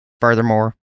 furthermore